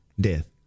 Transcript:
death